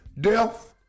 death